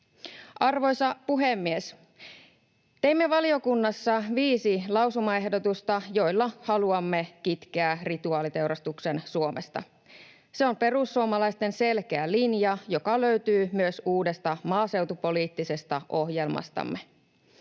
Arvoisa puhemies! Teimme valiokunnassa viisi lausumaehdotusta, joilla haluamme kitkeä rituaaliteurastuksen Suomesta. Se on perussuomalaisten selkeä linja, joka löytyy myös uudesta maaseutupoliittisesta ohjelmastamme.